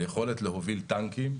היכולת להוביל טנקים,